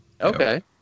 Okay